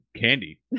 candy